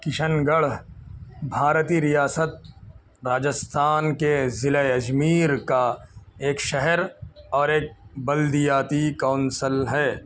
کشن گڑھ بھارتی ریاست راجستھان کے ضلع اجمیر کا ایک شہر اور ایک بلدیاتی کونسل ہے